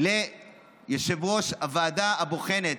ליושב-ראש הוועדה הבוחנת,